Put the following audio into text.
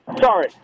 sorry